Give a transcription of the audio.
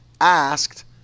asked